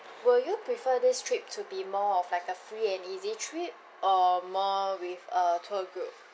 will you prefer this trip to be more of like a free and easy trip or more with a tour group